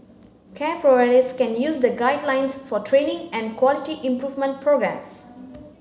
care providers can use the guidelines for training and quality improvement programmes